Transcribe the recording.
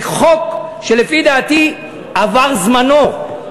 זה חוק שלפי דעתי עבר זמנו.